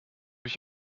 ich